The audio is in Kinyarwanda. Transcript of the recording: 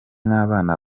n’abana